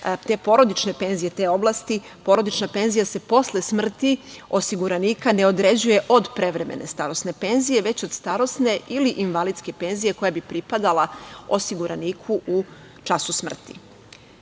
te porodične penzije, iz te oblasti, porodična penzija se posle smrti osiguranika ne određuje od prevremene starosne penzije, već od starosne ili invalidske penzije, koja bi pripadala osiguraniku u času smrti. Praksa